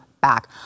back